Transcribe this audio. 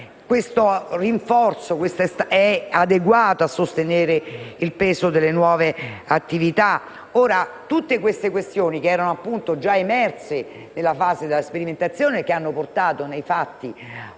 Questo rinforzo è adeguato a sostenere il peso delle nuove attività? Tutte queste questioni erano già emerse in fase di sperimentazione ed hanno portato nei fatti